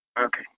Okay